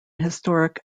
historic